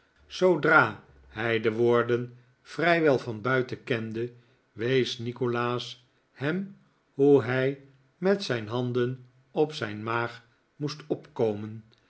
zoodra hij de woorden vrijwel van buiten kende wees nikolaas hem hoe hij met zijn handen op zijn maag moest opkomen